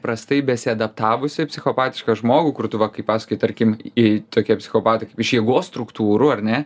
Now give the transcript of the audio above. prastai besiadaptavusį psichopatišką žmogų kur tu va kaip pasakojai tarkim i tokie psichopatai kaip iš jėgos struktūrų ar ne